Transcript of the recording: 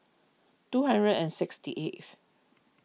two hundred and sixty eighth